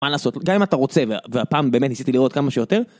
מה לעשות, גם אם אתה רוצה, והפעם באמת ניסיתי לראות כמה שיותר.